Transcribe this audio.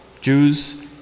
Jews